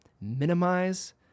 minimize